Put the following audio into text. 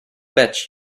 bet